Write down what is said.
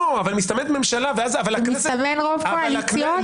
מסתמן רוב קואליציוני.